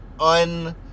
un